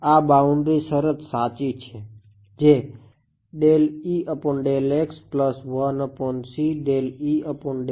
આ બાઉન્ડ્રી શરત સાચી છે